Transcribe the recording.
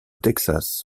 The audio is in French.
texas